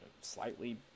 slightly